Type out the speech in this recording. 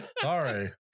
Sorry